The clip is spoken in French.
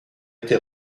été